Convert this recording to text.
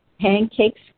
pancakes